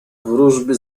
wróżby